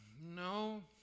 no